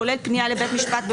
כולל פנייה לבית משפט,